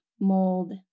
mold